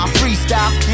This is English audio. freestyle